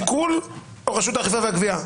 עיקול או רשות האכיפה והגבייה,